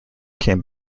came